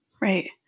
Right